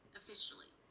officially